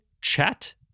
chat